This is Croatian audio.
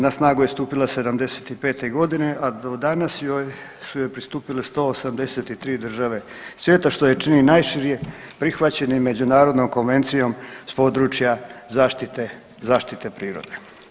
Na snagu je stupila '75. godine, a do danas su joj pristupile 183 države svijeta što je čini najšire prihvaćeni međunarodnom konvencijom s područja zaštite prirode.